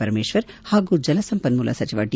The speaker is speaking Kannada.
ಪರಮೇಶ್ವರ್ ಹಾಗೂ ಜಲಸಂಪನ್ಮೂಲ ಸಚಿವ ಡಿ